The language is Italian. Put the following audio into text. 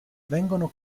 vengono